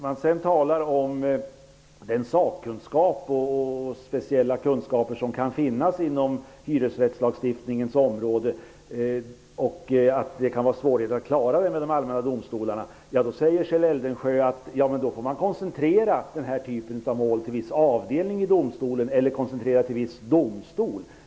Man talar om den sakkunskap och de speciella kunskaper som kan finnas på hyresrättslagstiftningens område och att det kan uppstå svårigheter att klara detta med de allmänna domstolarna. Då säger Kjell Eldensjö att vi får koncentrera den här typen av mål till en viss avdelning inom domstolen eller till en viss domstol.